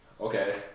okay